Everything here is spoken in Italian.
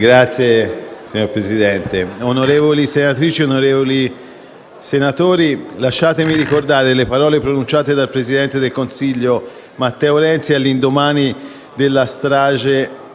relatore*. Signora Presidente, onorevoli senatrici e senatori, lasciatemi ricordare le parole pronunciate dal presidente del Consiglio Matteo Renzi all'indomani della strage